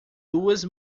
duas